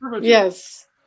Yes